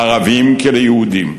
לערבים כיהודים.